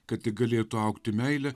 kad tik galėtų augti meile